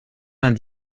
vingt